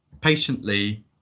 patiently